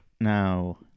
now